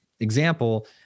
example